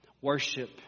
Worship